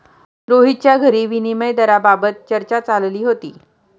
रोहितच्या घरी विनिमय दराबाबत चर्चा चालली होती